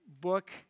book